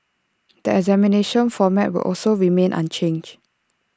the examination format will also remain unchanged